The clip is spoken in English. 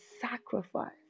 sacrifice